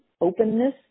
openness